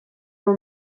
her